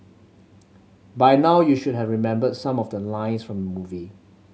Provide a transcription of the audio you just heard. by now you should have remembered some of the lines from the movie